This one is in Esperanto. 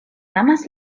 amas